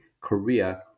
Korea